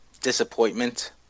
disappointment